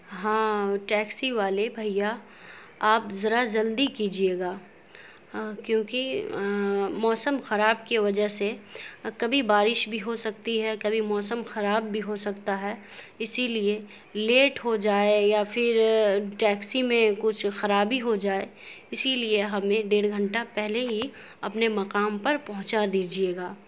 ہاں ٹیکسی والے بھیا آپ ذرا جلدی کیجیے گا کیوںکہ موسم خراب کے وجہ سے کبھی بارش بھی ہو سکتی ہے کبھی موسم خراب بھی ہو سکتا ہے اسی لیے لیٹ ہو جائے یا پھر ٹیکسی میں کچھ خرابی ہو جائے اسی لیے ہمیں ڈیڑھ گھنٹہ پہلے ہی اپنے مقام پر پہنچا دیجیے گا